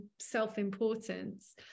self-importance